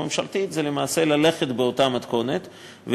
הממשלתית זה למעשה ללכת באותה מתכונת,